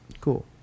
Cool